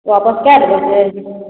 तऽ वापस कए देबै दूध